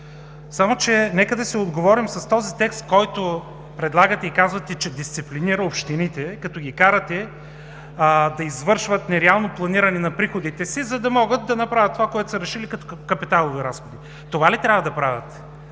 общините. Нека да си отговорим с този текст, който предлагате, и казвате, че дисциплинира общините, като ги карате да извършват нереално планиране на приходите си, за да могат да направят това, което са решили, като капиталови разходи. Това ли трябва да правят?